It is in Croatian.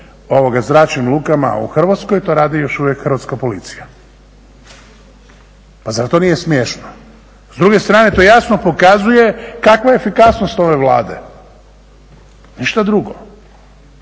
ostalim zračnim lukama u Hrvatskoj to radi još uvijek Hrvatska policija. Pa zar to nije smiješno? S druge strane to jasno pokazuje kakva je efikasnost ove Vlade. Ništa drugo.